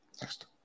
Next